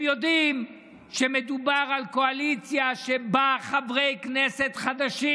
הם יודעים שמדובר על קואליציה שבה חברי כנסת חדשים,